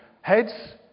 Heads